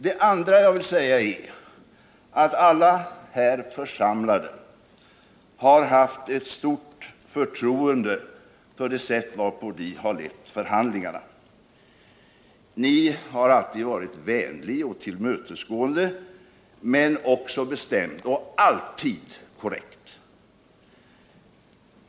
Det andra jag vill säga är att alla här församlade haft ett stort förtroende för det sätt varpå ni har lett förhandlingarna. Ni har alltid varit vänlig och tillmötesgående, men också bestämd och alltid korrekt.